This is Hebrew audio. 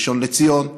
בראשון לציון,